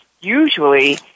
usually